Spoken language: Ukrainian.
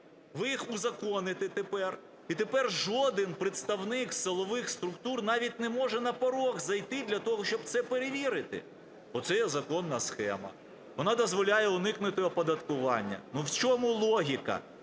Ви їх узаконите тепер, і тепер жоден представник силових структур навіть не може на поріг зайти для того, щоб це перевірити, бо це є законна схема, вона дозволяє уникнути оподаткування. В чому логіка?